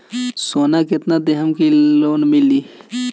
सोना कितना देहम की लोन मिली?